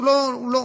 לא הגיוני.